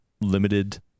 limited